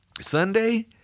Sunday